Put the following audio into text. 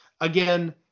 again